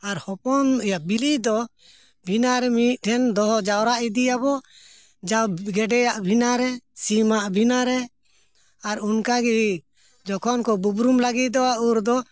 ᱟᱨ ᱦᱚᱯᱚᱱ ᱤᱭᱟᱹ ᱵᱤᱞᱤ ᱫᱚ ᱵᱷᱤᱱᱟᱹ ᱨᱮ ᱢᱤᱢᱤᱫ ᱴᱷᱮᱱ ᱫᱚᱦᱚ ᱡᱟᱣᱨᱟ ᱤᱫᱤᱭᱟᱵᱚᱱ ᱡᱟ ᱜᱮᱰᱮᱭᱟᱜ ᱵᱷᱤᱱᱟᱹ ᱨᱮ ᱥᱤᱢᱟᱜ ᱵᱷᱤᱱᱟᱹ ᱨᱮ ᱟᱨ ᱚᱱᱠᱟ ᱜᱮ ᱡᱚᱠᱷᱚᱱ ᱠᱚ ᱵᱩᱵᱨᱩᱢ ᱞᱟᱹᱜᱤᱫᱚᱜᱼᱟ ᱩᱱ ᱨᱮᱫᱚ